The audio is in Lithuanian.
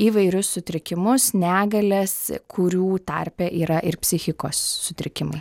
įvairius sutrikimus negalias kurių tarpe yra ir psichikos sutrikimai